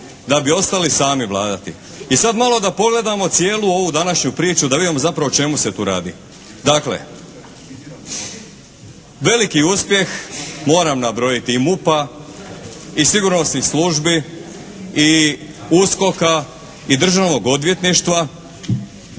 da bi ostali sami vladati. I sad malo da pogledamo cijelu ovu današnju priču, da vidimo zapravo o čemu se tu radi. Dakle, veliki uspjeh moram nabrojiti i MUP-a i sigurnosnih službi i USKOK-a i Državnog odvjetništva